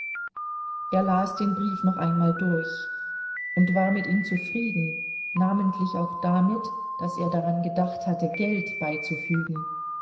er las den brief noch einmal durch und war mit ihm zufrieden namentlich auch damit daß er daran gedacht hatte geld beizufügen